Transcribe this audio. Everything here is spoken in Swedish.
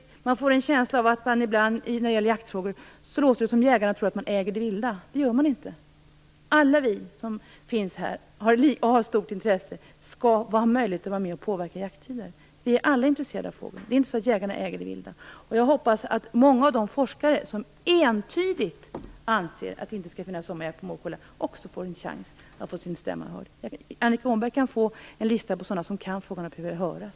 Ibland låter det som om jägarna tror att de äger det vilda. Det gör de inte. Alla vi som har stort intresse av detta skall ha möjligheter att vara med och påverka jakttider. Vi är alla intresserade av fågel. Det är inte så att jägarna äger det vilda. Jag hoppas att många av de forskare som entydigt anser att det inte skall finnas sommarjakt på morkulla också får en chans att göra sin stämma hörd. Annika Åhnberg kan få en lista på sådana som kan frågan och behöver höras.